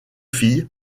filles